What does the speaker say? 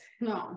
no